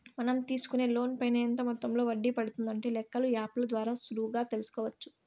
మనం తీసుకునే లోన్ పైన ఎంత మొత్తంలో వడ్డీ పడుతుందనే లెక్కలు యాప్ ల ద్వారా సులువుగా తెల్సుకోవచ్చు